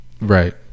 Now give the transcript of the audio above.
Right